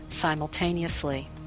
simultaneously